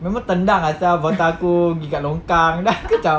member tendang ah sia botol aku gi kat longkang then aku macam